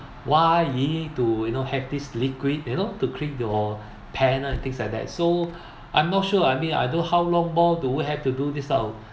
why you need to you know have this liquid you know to clean your pan and things like that so I'm not sure I mean I don't know how long more do we have to do this kind of